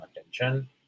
attention